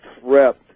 threat